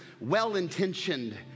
well-intentioned